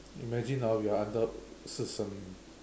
imagine now you are under so soon